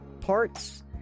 parts